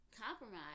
compromise